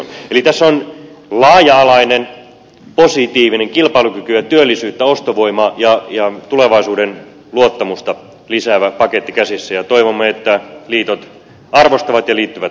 eli tässä on laaja alainen positiivinen kilpailukykyä työllisyyttä ostovoimaa ja tulevaisuuden luottamusta lisäävä paketti käsissä ja toivomme että liitot arvostavat ylittyvät